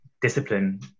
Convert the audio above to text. discipline